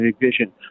vision